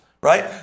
right